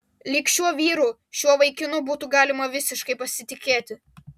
lyg šiuo vyru šiuo vaikinu būtų galima visiškai pasitikėti